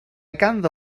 ganddo